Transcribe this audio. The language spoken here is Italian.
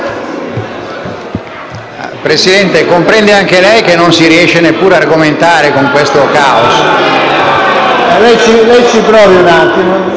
Presidente, comprende anche lei che non si riesce neppure ad argomentare con questo caos. *(Commenti